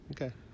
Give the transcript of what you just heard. Okay